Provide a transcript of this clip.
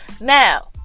Now